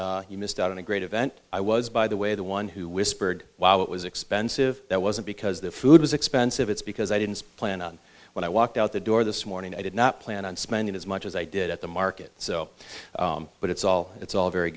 you missed out on a great event i was by the way the one who whispered wow it was expensive that wasn't because the food was expensive it's because i didn't plan on when i walked out the door this morning i did not plan on spending as much as i did at the market so but it's all it's all very